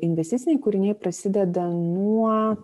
investiciniai kūriniai prasideda nuo